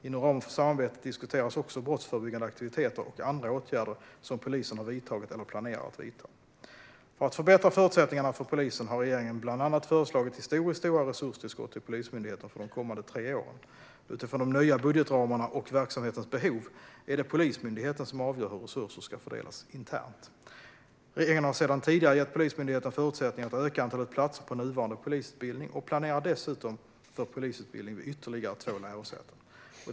Inom ramen för samarbetet diskuteras också brottsförebyggande aktiviteter och andra åtgärder som polisen har vidtagit eller planerar att vidta. För att förbättra förutsättningarna för polisen har regeringen bland annat föreslagit historiskt stora resurstillskott till Polismyndigheten för de kommande tre åren. Utifrån de nya budgetramarna och verksamhetens behov är det Polismyndigheten som avgör hur resurser ska fördelas internt. Regeringen har sedan tidigare gett Polismyndigheten förutsättningar att öka antalet platser på nuvarande polisutbildning och planerar dessutom för polisutbildning vid ytterligare två lärosäten.